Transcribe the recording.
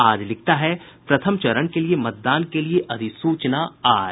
आज लिखता है प्रथम चरण के मतदान के लिए अधिसूचना आज